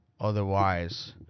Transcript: Otherwise